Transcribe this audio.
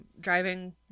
driving